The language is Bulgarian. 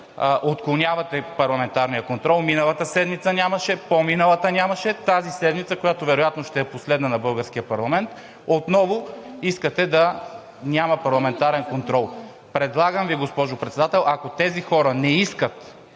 отклонявате парламентарния контрол – миналата седмица нямаше, по-миналата нямаше, тази седмица, която вероятно ще е последна на българския парламент, отново искате да няма парламентарен контрол. Предлагам Ви, госпожо Председател, ако тези хора не искат